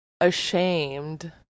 ashamed